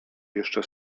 jeszcze